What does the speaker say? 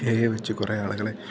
ഏ ഐ വെച്ച് കുറെ ആളുകളെ